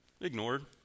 Ignored